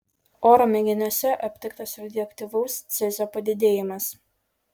oro mėginiuose aptiktas radioaktyvaus cezio padidėjimas